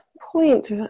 point